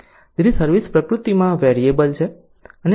તેથી સર્વિસ પ્રકૃતિમાં વેરિયેબલ છે